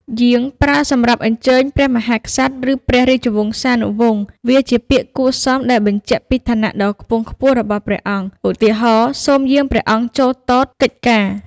យាង ប្រើសម្រាប់អញ្ជើញព្រះមហាក្សត្រ ឬព្រះរាជវង្សានុវង្ស វាជាពាក្យគួរសមដែលបញ្ជាក់ពីឋានៈដ៏ខ្ពង់ខ្ពស់របស់ព្រះអង្គ ឧទាហរណ៍ សូមយាងព្រះអង្គចូលទតកិច្ចការ។